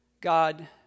God